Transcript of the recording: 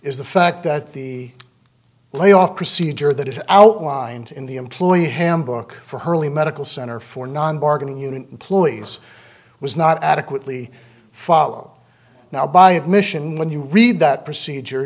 is the fact that the layoff procedure that is outlined in the employee handbook for hurley medical center for non bargaining unit employees was not adequately follow now by admission when you read that procedure